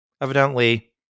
evidently